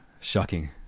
Shocking